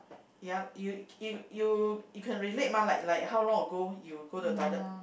ya you you you you can relate mah like like how long ago you go to the toilet